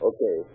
Okay